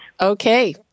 Okay